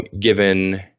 given